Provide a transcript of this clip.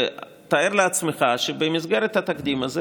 ותאר לעצמך שבמסגרת התקדים הזה